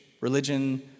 religion